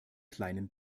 kleinen